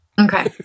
Okay